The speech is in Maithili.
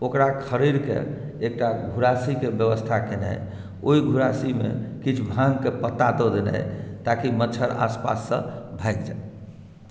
ओकरा खड़ड़िके एकटा घुड़ासीके व्यवस्था केनाई ओहि घुड़ासीमे किछु भाँगकेँ पत्ता दऽ देनाई ताकि मच्छड़ आस पाससँ भागि जाय